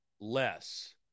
less